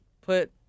put